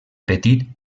petit